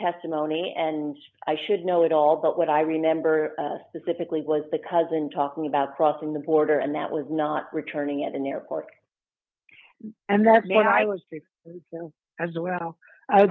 testimony and i should know it all but what i remember specifically was the cousin talking about crossing the border and that was not returning at an airport and i was as